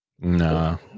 No